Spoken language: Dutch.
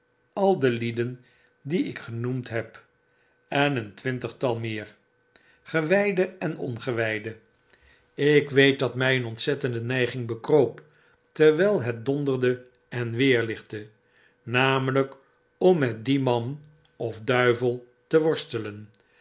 al de lieden die ik genoemd heb en een twintigtal meer gewyde en ongewtjde ik weet dat my een ontzettende neiging bekroop terwijl het donderde en weerlichtte namelyk om met dien man of duivel te